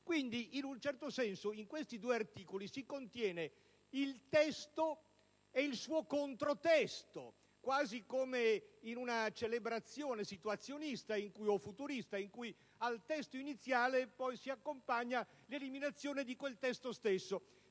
Quindi, in un certo senso in questi due articoli si contiene il testo e il suo contro testo, quasi come in una celebrazione situazionista o futurista in cui al testo iniziale si accompagna l'eliminazione di quel testo stesso.